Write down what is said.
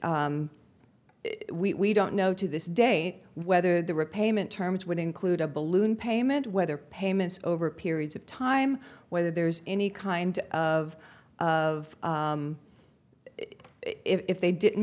we don't know to this day whether the repayment terms would include a balloon payment whether payments over periods of time whether there's any kind of of if they didn't